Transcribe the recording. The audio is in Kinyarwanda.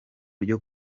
ryo